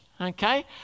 Okay